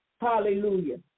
Hallelujah